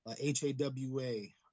H-A-W-A